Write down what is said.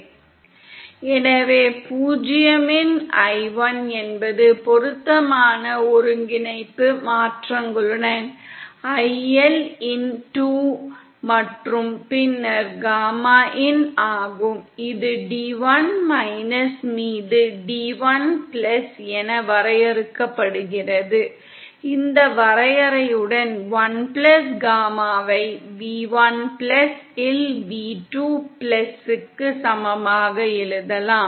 எனவே 0 இன் i1 என்பது பொருத்தமான ஒருங்கிணைப்பு மாற்றங்களுடன் L இன் i2 மற்றும் பின்னர் காமா இன் ஆகும் இது d1 மீது d1 என வரையறுக்கப்படுகிறது இந்த வரையறையுடன் 1 காமாவை v1 இல் v2 க்கு சமமாக எழுதலாம்